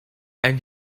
and